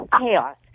Chaos